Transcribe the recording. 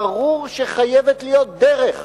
ברור שחייבת להיות דרך,